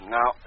Now